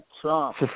Trump